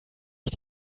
ich